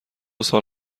سال